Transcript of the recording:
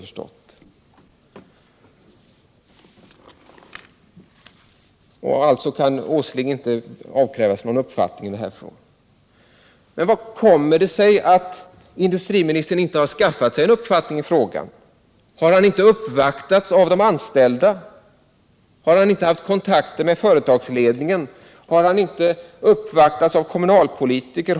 Följaktligen skulle inte heller industriministern kunna avkrävas någon uppfattning i denna fråga. Hur kommer det sig att industriministern inte har skaffat sig en uppfattning i denna fråga? Har han inte uppvaktats av de anställda? Har han inte haft kontakter med företagsledningen? Har han inte uppvaktats av kommunalpolitiker?